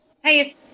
hey